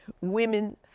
Women